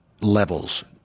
levels